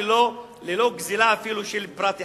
ללא גזלה אפילו של פרט אחד.